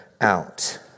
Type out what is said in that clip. out